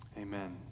Amen